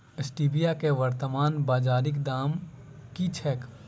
Stevia केँ वर्तमान बाजारीक दाम की छैक?